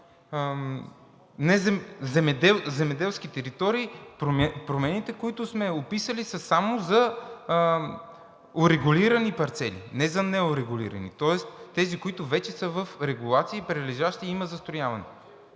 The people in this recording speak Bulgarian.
земеделски територии, промените, които сме описали, са само за урегулирани парцели, не за неурегулирани, тоест, тези, които вече са в регулация и прилежащи, и има застрояване.